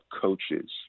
coaches